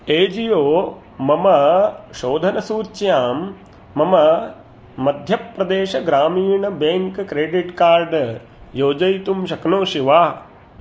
अजियो मम शोधनसूच्यां मम मध्यप्रदेशग्रामीण बेङ्क् क्रेडिट् कार्ड् योजयितुं शक्नोषि वा